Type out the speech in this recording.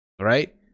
Right